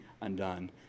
undone